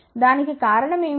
దానికి కారణం ఏమిటి